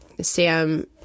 Sam